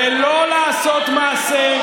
ולא לעשות מעשה.